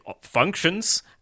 functions